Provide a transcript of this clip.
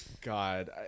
God